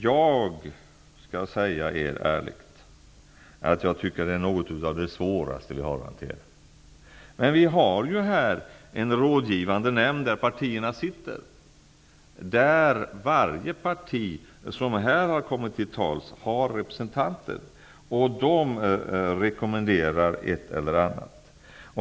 Jag tycker ärligt att dessa frågor är något av det svåraste vi har att hantera. Det finns en rådgivande nämnd. Partierna finns med. Varje parti som här har kommit till tals har representanter i nämnden. De rekommenderar ett eller annat.